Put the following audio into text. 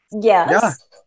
Yes